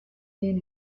den